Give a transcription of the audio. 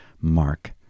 Mark